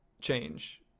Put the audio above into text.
change